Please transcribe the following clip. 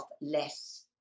less